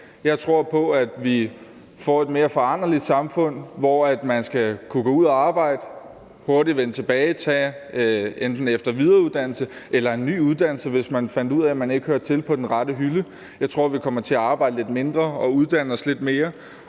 Jeg tror på, at vi får et mere foranderligt samfund, hvor man skal kunne gå ud og arbejde og hurtigt vende tilbage og tage enten efter-/videreuddannelse eller en ny uddannelse, hvis man finder ud af, at man ikke er kommet på den rette hylde. Jeg tror, vi kommer til at arbejde lidt mindre og uddanne os lidt mere,